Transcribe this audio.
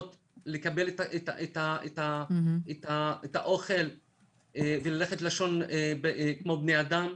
לקבל את האוכל וללכת לישון כמו בני אדם.